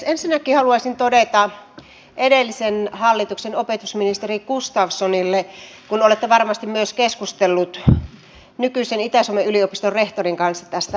ensinnäkin haluaisin todeta edellisen hallituksen opetusministeri gustafssonille kun olette varmasti myös keskustellut nykyisen itä suomen yliopiston rehtorin kanssa tästä asiasta